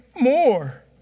more